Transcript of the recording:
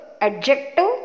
adjective